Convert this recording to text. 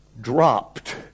dropped